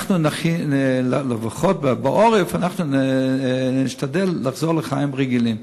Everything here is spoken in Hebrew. שלפחות בעורף נשתדל לחזור לחיים רגילים.